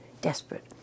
desperate